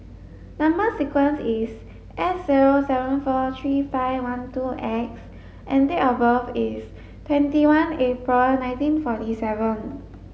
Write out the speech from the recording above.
number sequence is S zero seven four three five one two X and date of birth is twenty one April nineteen forty seven